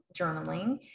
journaling